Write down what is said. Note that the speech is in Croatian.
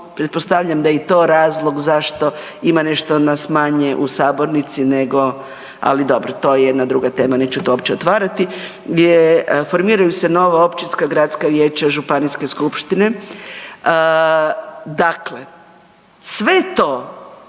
pretpostavljam da je i to razlog zašto ima nešto nas manje u sabornici nego, ali dobro to je jedna druga tema, neću to uopće otvarati, formiraju se nova općinska, gradska vijeća, županijske skupštine dakle sve to